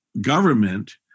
government